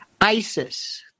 ISIS